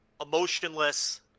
emotionless